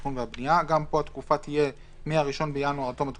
התכנון והבנייה התקופה שמיום י"ז בטבת התשפ"א (1